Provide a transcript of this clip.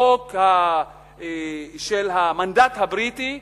החוק של המנדט הבריטי,